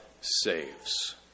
saves